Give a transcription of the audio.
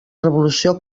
revolució